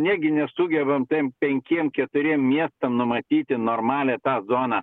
negi nesugebam ten penkiem keturiem miestam numatyti normalią tą zoną